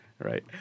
Right